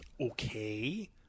okay